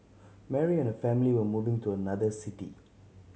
Mary and her family were moving to another city